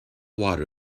water